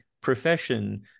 profession